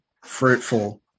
fruitful